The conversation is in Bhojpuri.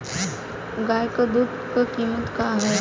गाय क दूध क कीमत का हैं?